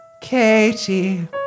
Katie